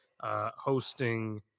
hosting